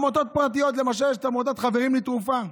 למשל עמותת "חברים לתרופה".